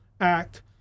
Act